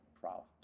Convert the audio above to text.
proud